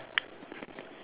correct